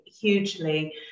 hugely